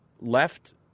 left